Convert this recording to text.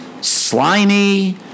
Slimy